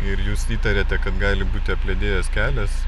ir jūs įtariate kad gali būti apledėjęs kelias